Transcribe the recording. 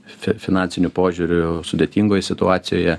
fi finansiniu požiūriu sudėtingoj situacijoje